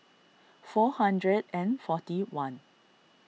four hundred and forty one